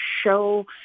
show